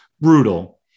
brutal